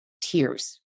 tears